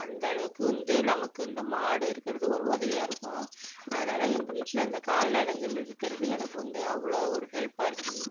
அந்த அளவுக்கு வந்து நமக்கு இந்த மாடு இருக்கிறது ஒரு உதவியாக இருக்கும் அதனால் எங்கள் வீட்டில் இந்த கால்நடைகள் இருக்கிறது எனக்கு வந்து அவ்வளோ ஒரு ஹெல்ப்பாக இருக்கு